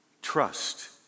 trust